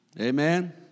Amen